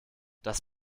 das